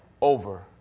over